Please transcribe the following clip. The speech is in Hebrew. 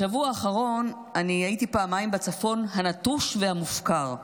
בשבוע האחרון הייתי פעמיים בצפון הנטוש והמופקר.